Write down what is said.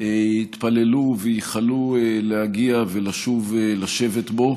התפללו וייחלו להגיע ולשוב לשבת בו,